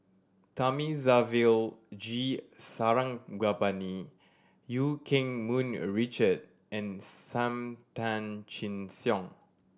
Thamizhavel G Sarangapani Eu Keng Mun a Richard and Sam Tan Chin Siong